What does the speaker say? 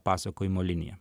pasakojimo linija